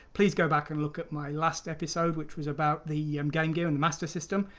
please go back and look at my last episode which was about the um game gear and master system,